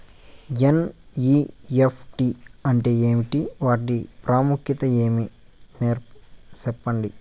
NEFT అంటే ఏమి వాటి ప్రాముఖ్యత ఏమి? సెప్పండి?